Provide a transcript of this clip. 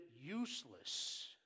useless